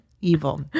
Evil